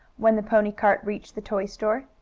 when the pony cart reached the toy store.